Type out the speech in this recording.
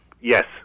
Yes